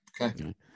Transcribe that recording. okay